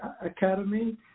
Academy